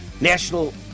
national